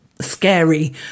scary